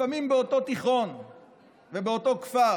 לפעמים באותו תיכון ובאותו כפר